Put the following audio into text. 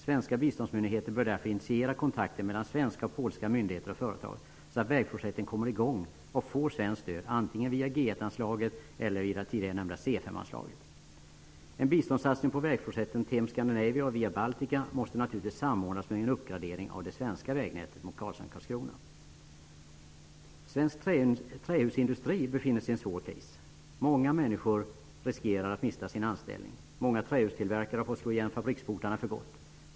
Svenska biståndsmyndigheter bör därför initiera kontakter mellan svenska och polska myndigheter och företag så att vägprojekten kommer i gång och får svenskt stöd antingen via Scandinavia och Via Baltica måste naturligtvis samordnas med en uppgradering av det svenska vägnätet mot Karlshamn/Karlskrona. Svensk trähusindustri befinner sig i en svår kris. Många människor riskerar att mista sin anställning. Många trähustillverkare har fått slå igen fabriksportarna för gott.